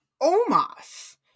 Omas